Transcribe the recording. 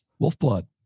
Wolfblood